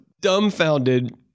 dumbfounded